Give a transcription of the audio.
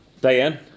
Diane